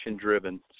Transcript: driven